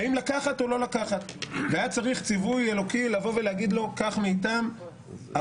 היה צריך ציווי אלוקי כדי שייקח,